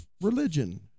Religion